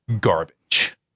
garbage